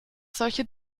solche